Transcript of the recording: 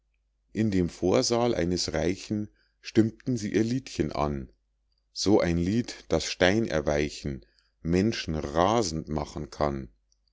in dem vorsaal eines reichen stimmten sie ihr liedchen an so ein lied das stein erweichen menschen rasend machen kann